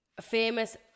famous